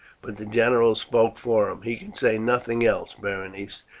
but the general spoke for him. he can say nothing else, berenice.